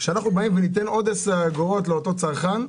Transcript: אם ניתן עוד 10 אגורות לאותו צרכן,